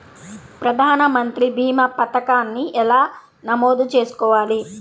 ప్రధాన మంత్రి భీమా పతకాన్ని ఎలా నమోదు చేసుకోవాలి?